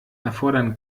erfordern